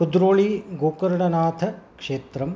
कुद्रोलीगोकर्णनाथक्षेत्रं